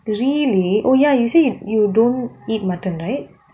really oh ya you say you don't eat mutton right